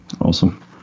Awesome